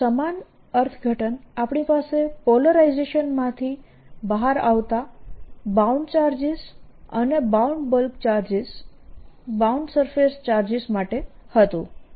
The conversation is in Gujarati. આવું સમાન અર્થઘટન આપણી પાસે પોલરાઇઝેશન માંથી બહાર આવતા બાઉન્ડ ચાર્જીસ અને bound bulk charges bound surface charges માટે હતું